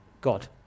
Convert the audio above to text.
God